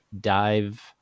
dive